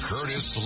Curtis